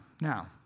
Now